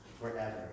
forever